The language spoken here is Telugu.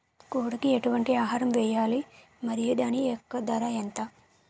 కోడి కి ఎటువంటి ఆహారం వేయాలి? మరియు దాని యెక్క ధర ఎంత?